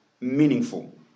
meaningful